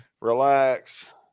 relax